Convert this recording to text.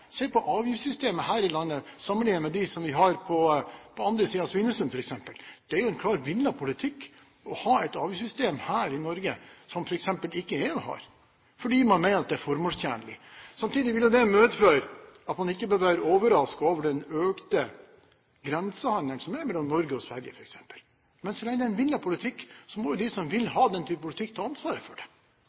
Se på avgiftssystemet her i landet sammenlignet med det som er på den andre siden av Svinesund, f.eks.! Det er jo en klar, villet politikk å ha et avgiftssystem her i Norge som f.eks. EU ikke har, fordi man mener at det er formålstjenlig. Samtidig vil det medføre at man ikke bør være overrasket over den økte grensehandelen som er mellom Norge og Sverige, f.eks. Men siden det er en villet politikk, må de som vil ha den typen politikk, ta ansvaret for den. Og de som ønsker en annen politikk, må gjøre det